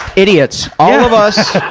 idiots! all of us,